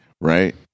Right